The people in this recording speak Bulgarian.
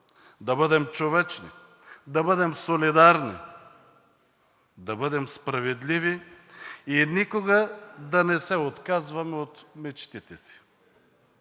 да бъдем човечни, да бъдем солидарни, да бъдем справедливи и никога да не се отказваме от мечтите си.